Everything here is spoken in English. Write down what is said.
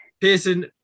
Pearson